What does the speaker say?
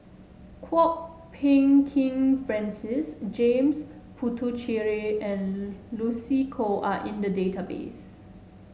Kwok Peng Kin Francis James Puthucheary and Lucy Koh are in the database